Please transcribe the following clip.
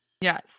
Yes